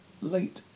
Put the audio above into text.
late